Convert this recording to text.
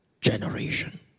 generation